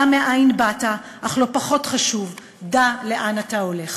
דע מנין באת, אך לא פחות חשוב, דע לאן אתה הולך.